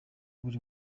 buri